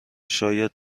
شاید